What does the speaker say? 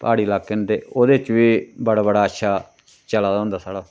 प्हाड़ी लाके न ते ओह्दे च बी बड़ा बड़ा अच्छा चला दा होंदा साढ़ा